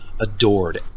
adored